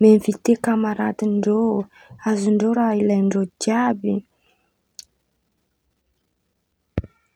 miinvite kamaradindreo azondreo raha ilain-dreo jiàby.